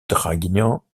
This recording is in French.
draguignan